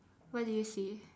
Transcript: what do you see